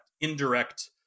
indirect